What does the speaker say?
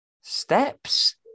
Steps